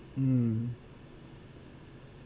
mm